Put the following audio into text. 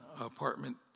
apartment